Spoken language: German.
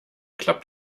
klappt